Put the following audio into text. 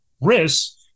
risks